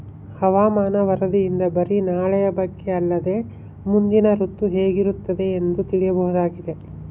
ಹವಾಮಾನ ವರದಿಯಿಂದ ಬರಿ ನಾಳೆಯ ಬಗ್ಗೆ ಅಲ್ಲದೆ ಮುಂದಿನ ಋತು ಹೇಗಿರುತ್ತದೆಯೆಂದು ತಿಳಿಯಬಹುದಾಗಿದೆ